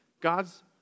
God's